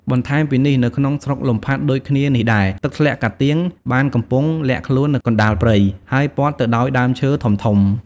បន្ថែមពីនេះនៅក្នុងស្រុកលំផាត់ដូចគ្នានេះដែរ ទឹកធ្លាក់ការទៀងបានកំពុងលាក់ខ្លួននៅកណ្ដាលព្រៃ ហើយព័ទ្ធទៅដោយដើមឈើធំៗ។